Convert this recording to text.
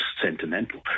sentimental